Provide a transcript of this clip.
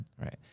right